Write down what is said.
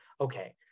okay